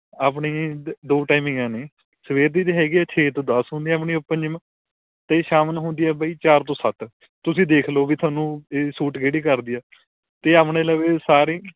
ਆਪਣੀ ਦ ਦੋ ਟਾਈਮਿੰਗਾਂ ਨੇ ਸਵੇਰ ਦੀ ਤਾਂ ਹੈਗੀ ਆ ਛੇ ਤੋਂ ਦਸ ਹੁੰਦੀ ਆਪਣੀ ਓਪਨ ਜਿੰਮ ਅਤੇ ਸ਼ਾਮ ਨੂੰ ਹੁੰਦੀ ਆ ਬਈ ਚਾਰ ਤੋਂ ਸੱਤ ਤੁਸੀਂ ਦੇਖ ਲਉ ਵੀ ਤੁਹਾਨੂੰ ਇਹ ਸੂਟ ਕਿਹੜੀ ਕਰਦੀ ਆ ਅਤੇ ਆਪਣੇ ਲਵੇ ਸਾਰੇ